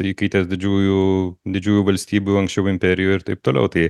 įkaitės didžiųjų didžiųjų valstybių anksčiau imperijų ir taip toliau tai